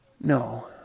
no